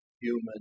human